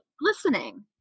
listening